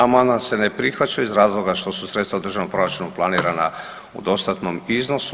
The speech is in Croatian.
Amandman se ne prihvaća iz razloga što su sredstva u državnom proračunu planirana u dostatnom iznosu.